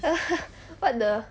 what the